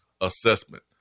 assessment